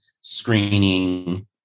screening